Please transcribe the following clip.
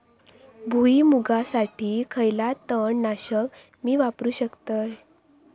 भुईमुगासाठी खयला तण नाशक मी वापरू शकतय?